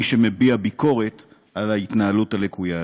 שמביע ביקורת על ההתנהלות הלקויה הזו.